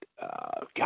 God